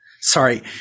Sorry